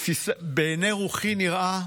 בעיני רוחי נראה: